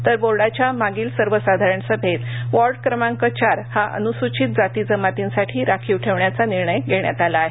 तर बोर्डाच्यामागील सर्वसाधारण सभेत वॉर्ड क्रमांक चार हा अनुसूचित जाती जमातींसाठी राखीवठेवण्याचा निर्णय घेण्यात आला आहे